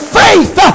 faith